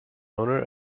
owner